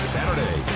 Saturday